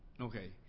Okay